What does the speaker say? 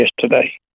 yesterday